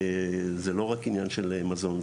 זה לא רק עניין של מזון,